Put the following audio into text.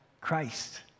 Christ